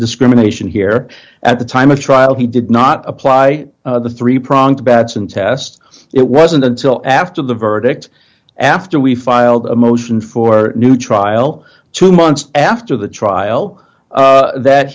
discrimination here at the time of trial he did not apply the three pronged batson test it wasn't until after the verdict after we filed a motion for a new trial two months after the trial that